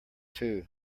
too